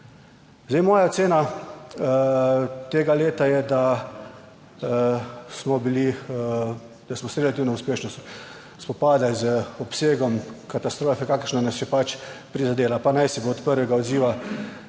tega leta je, da smo se relativno uspešno spopadali z obsegom katastrofe, kakršna nas je pač prizadela, pa naj si bo od prvega odziva,